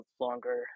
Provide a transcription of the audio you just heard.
longer